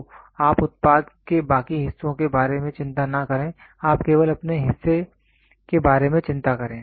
तो आप उत्पाद के बाकी हिस्सों के बारे में चिंता न करें आप केवल अपने हिस्से के बारे में चिंता करें